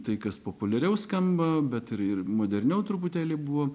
tai kas populiariau skamba bet ir moderniau truputėlį buvo